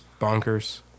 Bonkers